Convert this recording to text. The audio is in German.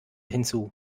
hinzu